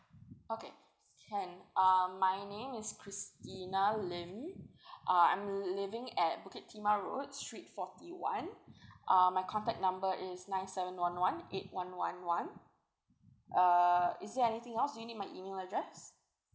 okay can uh my name is christina lim uh I'm living at bukit timah road street forty one uh my contact number is nine seven one one eight one one one uh is there anything else do you need my email address